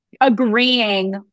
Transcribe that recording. agreeing